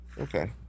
Okay